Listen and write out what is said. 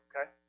okay